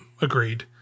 agreed